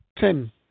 Tim